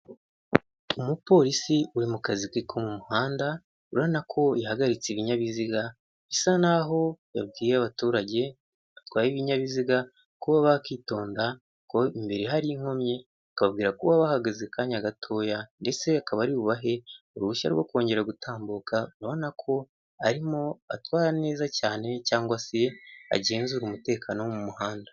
Umupolisi uri mu kazi ke ko mu muhanda, urabona ko yahagaritse ibinyabiziga, bisa nk'aho yabwiye abaturage batwaye ibinyabiziga kuba bakitonda imbere hari inkomyi, akababwira kuba bahagaze akanya gatoya ndetse akaba ari bubahe uruhushya rwo kongera gutambuka. Urabona ko arimo atwara neza cyane cyangwa se arimo agenzura umutekano wo mu muhanda.